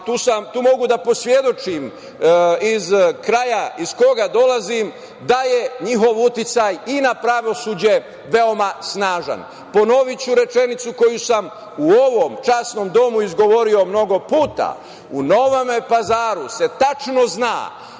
Tu mogu da posvedočim iz kraja iz koga dolazim da je njihov uticaj i na pravosuđe veoma snažan. Ponoviću rečenicu koju sam u ovom časnom Domu izgovorio mnogo puta - u Novom Pazaru se tačno zna